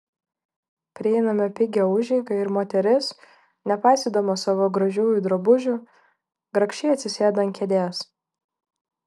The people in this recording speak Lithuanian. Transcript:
prieiname pigią užeigą ir moteris nepaisydama savo gražiųjų drabužių grakščiai atsisėda ant kėdės